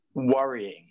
worrying